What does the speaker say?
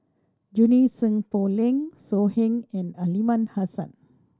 Junie Sng Poh Leng So Heng and Aliman Hassan